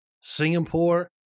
Singapore